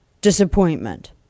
Disappointment